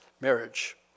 marriage